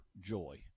joy